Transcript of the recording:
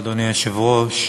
אדוני היושב-ראש,